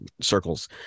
circles